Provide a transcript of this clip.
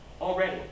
already